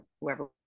whoever